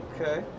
Okay